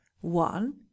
One